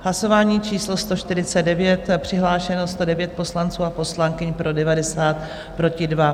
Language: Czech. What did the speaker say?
Hlasování číslo 149, přihlášeno 109 poslanců a poslankyň, pro 90, proti 2.